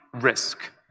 risk